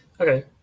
Okay